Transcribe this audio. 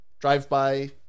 drive-by